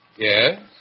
Yes